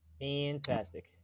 fantastic